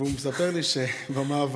והוא מספר לי שבמעברים,